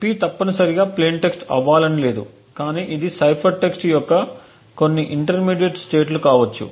P తప్పనిసరిగా plain text అవ్వాలని లేదు కాని ఇది సైఫర్ టెక్స్ట్ యొక్క కొంత ఇంటర్మీడియట్ స్టేట్కావచ్చు